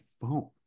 phone